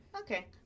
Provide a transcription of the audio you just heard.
Okay